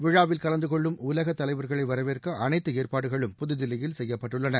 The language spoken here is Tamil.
வி ழ ாவில் கலந்து கொள்ளு ம்் உலகத் தலைவர்களை வரவேற்க அனைத்து ஏற்பாடுகளும் பதுதில்லியில் செய்ய ப்பட்டுள்ளன